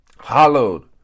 Hallowed